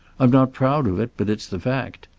i'm not proud of it, but it's the fact.